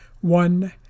one